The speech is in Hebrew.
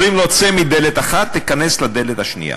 אומרים לו: צא מדלת אחת, תיכנס בדלת השנייה.